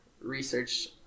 research